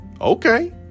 okay